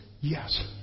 Yes